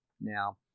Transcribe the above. now